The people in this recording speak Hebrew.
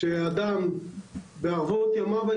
שאדם בערבות ימיו,